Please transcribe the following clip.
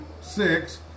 six